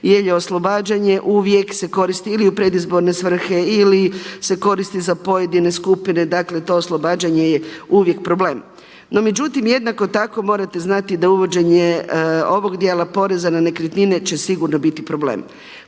jer je oslobađanje uvijek se koristi ili u predizborne svrhe, ili se koristi za pojedine skupine. Dakle to oslobađanje je uvijek problem. No, međutim jednako tako morate znati da uvođenje ovog djela poreza na nekretnine će sigurno biti problem.